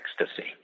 Ecstasy